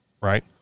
right